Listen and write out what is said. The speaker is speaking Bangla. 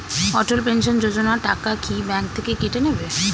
অটল পেনশন যোজনা টাকা কি ব্যাংক থেকে কেটে নেবে?